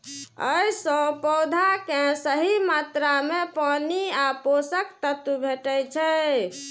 अय सं पौधा कें सही मात्रा मे पानि आ पोषक तत्व भेटै छै